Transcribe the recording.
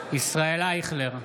ישראל אייכלר,